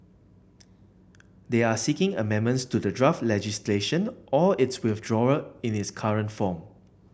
they are seeking amendments to the draft legislation or its withdrawal in its current form